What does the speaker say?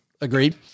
Agreed